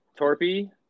torpy